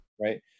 Right